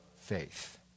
faith